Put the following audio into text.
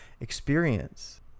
experience